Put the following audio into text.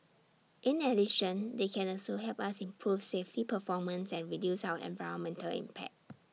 in addition they can also help us improve safety performance and reduce our environmental impact